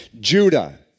Judah